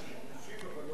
משיב, אבל לא התורן.